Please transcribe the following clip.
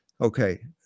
Okay